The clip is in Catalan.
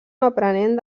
aprenent